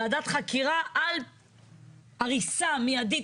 ועדת חקירה על הריסה מיידית,